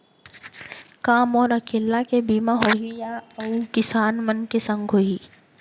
का मोर अकेल्ला के बीमा होही या अऊ किसान मन के संग होही?